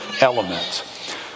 element